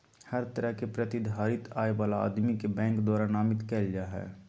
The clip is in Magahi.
हर तरह के प्रतिधारित आय वाला आदमी के बैंक द्वारा नामित कईल जा हइ